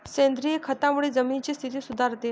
सेंद्रिय खतामुळे जमिनीची स्थिती सुधारते